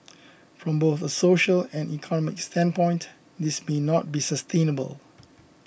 from both a social and economic standpoint this may not be sustainable